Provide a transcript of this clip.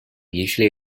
usually